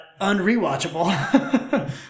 unrewatchable